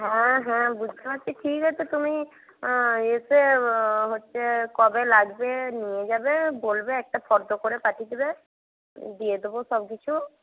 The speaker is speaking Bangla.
হ্যাঁ হ্যাঁ বুঝতে পারছি ঠিক আছে তুমি এসে হচ্ছে কবে লাগবে নিয়ে যাবে বলবে একটা ফর্দ করে পাঠিয়ে দেবে দিয়ে দেবো সব কিছু